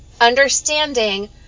understanding